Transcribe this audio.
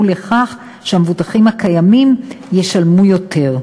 לכך שהמבוטחים הקיימים ישלמו יותר.